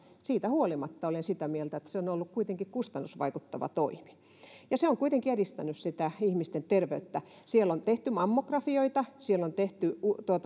siitä huolimatta sitä mieltä että se on ollut kuitenkin kustannusvaikuttava toimi ja se on kuitenkin edistänyt ihmisten terveyttä siellä on tehty mammografioita siellä on tehty